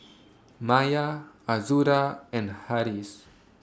Maya Azura and Harris